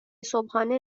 صبحانه